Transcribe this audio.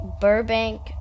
Burbank